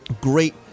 Great